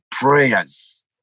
prayers